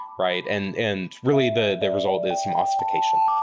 right? and and really, the the result is some ossification,